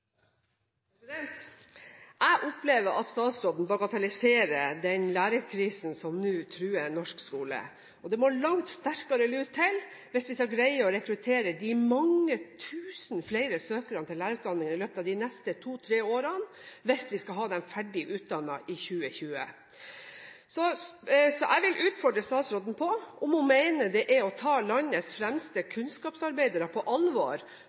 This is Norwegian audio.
oppfølgingsspørsmål. Jeg opplever at statsråden bagatelliserer den lærerkrisen som nå truer norsk skole. Det må langt sterkere lut til hvis vi skal greie å rekruttere de mange tusen flere søkerne til lærerutdanningen i løpet av de neste to–tre årene, og hvis vi skal ha dem ferdig utdannet i 2020. Jeg vil utfordre statsråden på om hun mener det er å ta landets fremste kunnskapsarbeidere på alvor